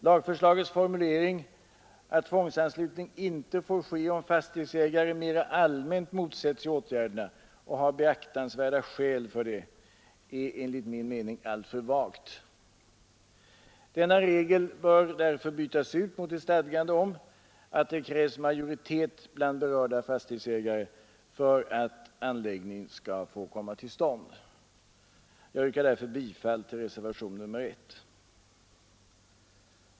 Lagförslagets formulering, att tvångsanslutning inte får ske om fastighetsägarna ”mera allmänt” motsätter sig åtgärder och har ”beaktansvärda skäl” för detta, är enligt min mening alltför vag. Denna regel bör därför bytas ut mot ett stadgande om att det krävs majoritet bland berörda fastighetsägare för att anläggning skall komma till stånd. Jag yrkar därför bifall till reservationen 1.